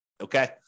Okay